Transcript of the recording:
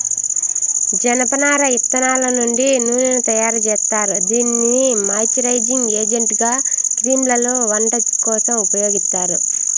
జనపనార ఇత్తనాల నుండి నూనెను తయారు జేత్తారు, దీనిని మాయిశ్చరైజింగ్ ఏజెంట్గా క్రీమ్లలో, వంట కోసం ఉపయోగిత్తారు